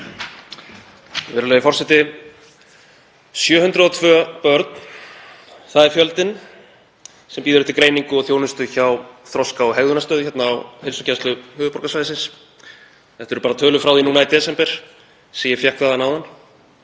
Virðulegur forseti. 702 börn. Það er fjöldinn sem bíður eftir greiningu og þjónustu hjá Þroska- og hegðunarstöð á Heilsugæslu höfuðborgarsvæðisins. Þetta eru bara tölur frá því núna í desember sem ég fékk þaðan áðan.